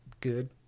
good